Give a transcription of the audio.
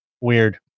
Weird